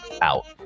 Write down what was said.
out